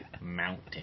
mountain